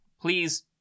Please